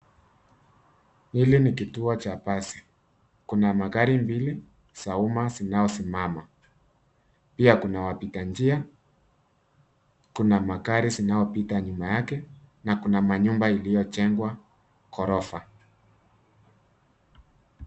Hili ni kituo cha basi. Kuna magari mbili, za umma zinayosimama. Pia kuna wapitanjia, kuna magari zinayopita nyuma yake, na kuna manyumba iliyojengwa ghorofa.